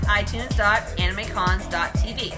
itunes.animecons.tv